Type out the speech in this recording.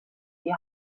die